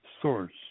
source